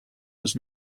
was